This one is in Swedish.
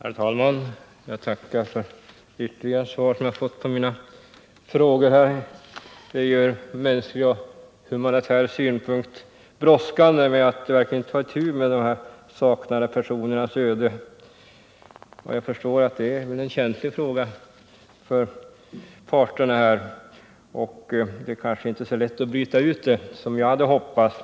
Herr talman! Jag tackar för det ytterligare svar som jag har fått på mina frågor. Ur humanitär synpunkt är det ju brådskande att verkligen ta itu med de saknade personernas öde. Jag förstår att det kan vara en känslig fråga för parterna, och kanske är det inte så lätt att bryta ut den som jag hade hoppats.